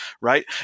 right